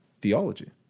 theology